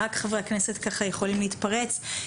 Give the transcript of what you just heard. רק חברי הכנסת ככה יכולים להתפרץ.